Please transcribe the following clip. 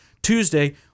Tuesday